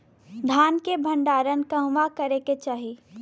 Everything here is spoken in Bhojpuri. धान के भण्डारण कहवा करे के चाही?